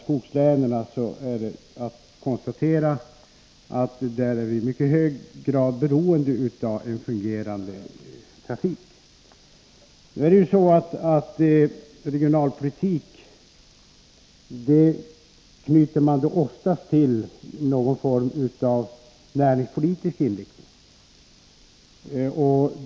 skogslänen, är det att konstatera att vi i mycket hög grad är beroende av en fungerande trafik. Nu är det ju så att regionalpolitik ofta knyts till någon form av näringspolitik.